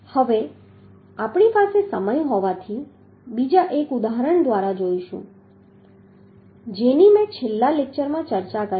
હવે આપણી પાસે સમય હોવાથી બીજા એક ઉદાહરણ દ્વારા જોઈશું જેની મેં છેલ્લા લેક્ચરમાં ચર્ચા કરી હતી